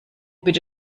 bitte